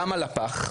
למה לפח?